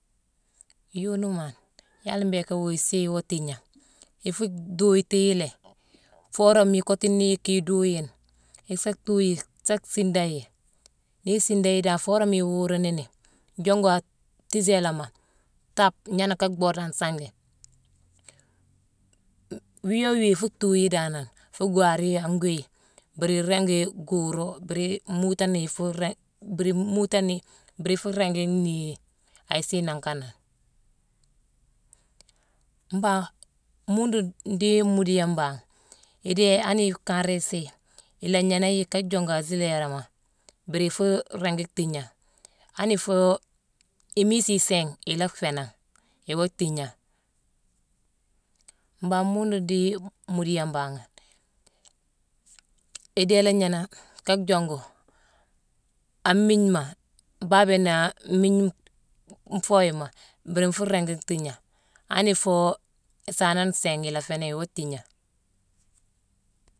Yoonimane, yalla mbhiiké wuu isii iwaa tiigna? Ifuu dhuyiti yi lé, foo worama ikottuni yicki iduyine, isa tuu yi, sa siinda yi. Nii nsiinda yi dan foo worama iwuuru nini jongu a tiisélama taape, gnééné ka bhoode an sangi. Wiiyo- wii ifuu tuu yi danane fuu gwaar yi an gwiiye, mbiri iringi guuru, mbiri muutone ifuu ring-biri muutoni- mbiri ifuu ringi nii yi a sii nangh kanane. Mangh, muundu ndhii muudiyé mbangh. Idéé ani ikanré isii, ila gnééné yi ka jongu a jiiléréma mbiri fuu ringi tiigna. Ani foo imiisi nsiingh, ila féé nangh. Iwaa tiigna. Mbangh muundu ndhii muudiyé mbanghane. Idéé ila gnééné ka jongu an mmiignema, baabiyone na mmiigne nfooyema. Mbiri nfuu ringi tiigna. Ani foo saanone nséégh, ila féé nangh, iwaa tiigna.